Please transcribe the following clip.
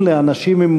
לפני שאני